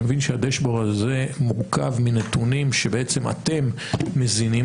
אני מבין שהדשבורד הזה מורכב מנתונים שאתם מזינים